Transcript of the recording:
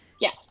Yes